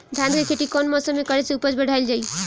धान के खेती कौन मौसम में करे से उपज बढ़ाईल जाई?